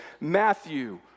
Matthew